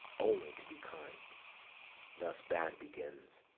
only to be kind thus bad begins,